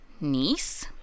niece